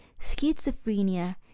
schizophrenia